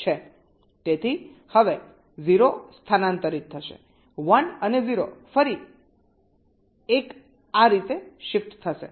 તેથી હવે 0 સ્થાનાંતરિત થશે 1 અને 0 ફરી 1 આ રીતે શિફ્ટ થશે